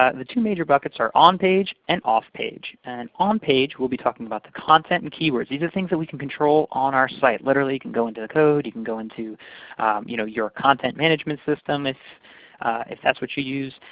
ah the two major buckets are on-page and off-page. and on-page, we'll be talking about the content and keywords. these are things that we can control on our site. literally, we can go into the code, you can go into you know your content management system, if if that's what you use,